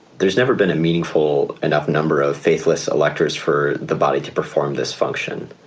there's never been a meaningful enough number of faithless electors for the body to perform this function.